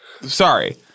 sorry